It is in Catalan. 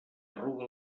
arruga